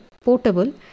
portable